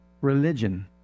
Religion